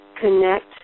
connect